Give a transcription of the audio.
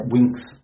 Winks